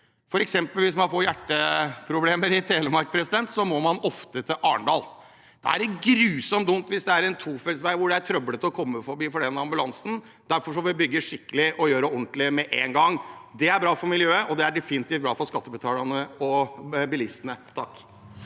strekninger. Hvis man f.eks. får hjerteproblemer i Telemark, må man ofte til Arendal. Da er det grusomt dumt hvis det er en tofelts vei hvor det er trøblete å komme forbi for ambulansen. Derfor bør vi bygge skikkelig og gjøre det ordentlig med en gang. Det er bra for miljøet, og det er definitivt bra for skattebetalerne og bilistene.